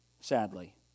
sadly